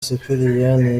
sipiriyani